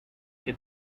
que